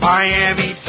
Miami